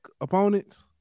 opponents